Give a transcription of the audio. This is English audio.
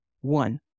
One